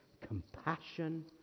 Compassion